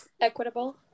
equitable